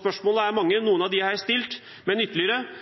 Spørsmålene er mange, noen av dem har jeg stilt, men ytterligere